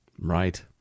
Right